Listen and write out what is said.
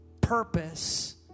purpose